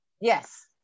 Yes